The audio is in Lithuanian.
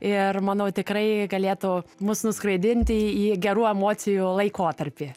ir manau tikrai galėtų mus nuskraidinti į gerų emocijų laikotarpį